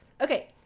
Okay